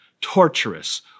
torturous